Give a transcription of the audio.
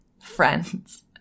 friends